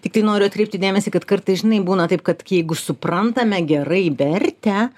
tiktai noriu atkreipti dėmesį kad kartais žinai būna taip kad jeigu suprantame gerai vertę